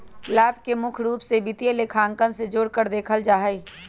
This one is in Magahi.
लाभ के मुख्य रूप से वित्तीय लेखांकन से जोडकर देखल जा हई